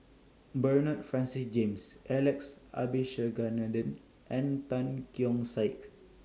Bernard Francis James Alex Abisheganaden and Tan Keong Saik